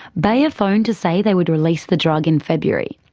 bayer phoned to say they would release the drug in february.